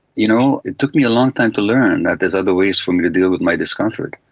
you know, it took me a long time to learn that there is other ways for me to deal with my discomfort,